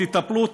תטפלו,